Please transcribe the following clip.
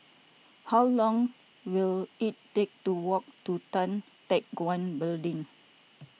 how long will it take to walk to Tan Teck Guan Building